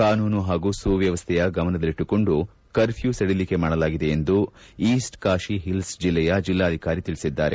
ಕಾನೂನು ಹಾಗೂ ಸುವ್ಲವಸ್ಥೆಯ ಗಮನದಲ್ಲಿಟ್ಟುಕೊಂಡು ಕರ್ಫ್ಲು ಸಡಿಲಿಕೆ ಮಾಡಲಾಗಿದೆ ಎಂದು ಈಸ್ಟ್ ಕಾಶಿ ಹಿಲ್ಸ್ ಜಿಲ್ಲೆಯ ಜಿಲ್ಲಾಧಿಕಾರಿ ತಿಳಿಸಿದ್ದಾರೆ